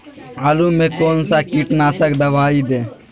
आलू में कौन सा कीटनाशक दवाएं दे?